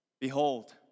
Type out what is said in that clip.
Behold